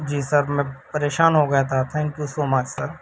جی sir میں پریشان ہو گیا تھا thank you so much sir